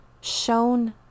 shown